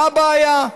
מה הבעיה?